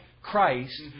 Christ